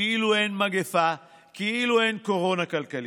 כאילו אין מגפה, כאילו אין קורונה כלכלית.